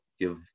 give